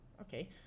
okay